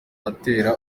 atera